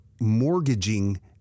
mortgaging